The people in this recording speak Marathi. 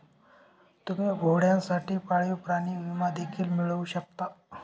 तुम्ही घोड्यांसाठी पाळीव प्राणी विमा देखील मिळवू शकता